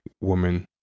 woman